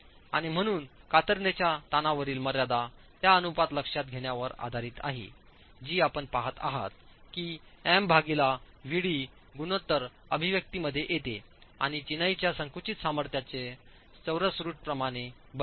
आणि म्हणून कातरणेच्या ताणावरील मर्यादा त्या अनुपात लक्षात घेण्यावर आधारित आहे जी आपण पाहत आहात की MVd गुणोत्तरअभिव्यक्तीमध्येयेतेआणि चिनाईच्या संकुचित सामर्थ्याच्या चौरसरूटप्रमाणेबदलते